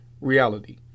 reality